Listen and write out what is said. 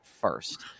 first